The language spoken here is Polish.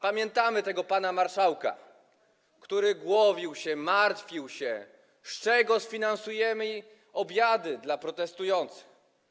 Pamiętamy pana marszałka, który głowił się, martwił się, z czego sfinansujemy obiady dla protestujących.